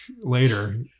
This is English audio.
later